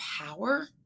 power